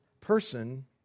person